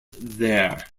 there